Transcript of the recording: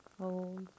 hold